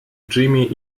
джимми